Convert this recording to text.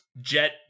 Jet